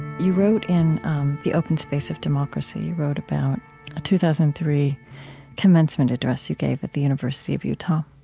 you wrote in the open space of democracy, you wrote about a two thousand and three commencement address you gave at the university of utah.